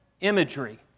imagery